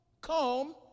come